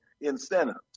incentives